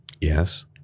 yes